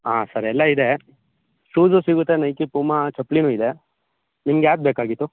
ಹಾಂ ಸರ್ ಎಲ್ಲ ಇದೆ ಶೂಸು ಸಿಗುತ್ತೆ ನೈಕಿ ಪುಮಾ ಚಪ್ಪಲಿನು ಇದೆ ನಿಮ್ಗೆ ಯಾವ್ದು ಬೇಕಾಗಿತ್ತು